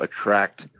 attract